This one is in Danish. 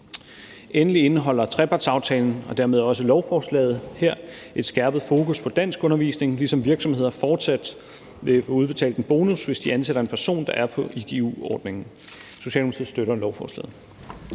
Endelig indeholder trepartsaftalen og dermed også lovforslaget her et skærpet fokus på danskundervisning, ligesom virksomheder fortsat vil få udbetalt en bonus, hvis de ansætter en person, der er på igu-ordningen. Socialdemokratiet støtter lovforslaget.